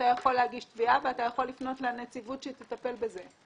אתה יכול להגיש תביעה ואתה יכול לפנות לנציבות שתטפל בזה.